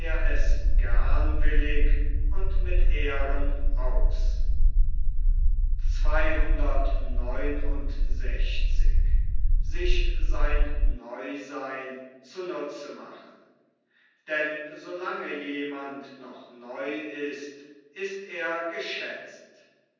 es gernwillig und mit ehren aus denn so lange jemand noch neu ist ist er geschätzt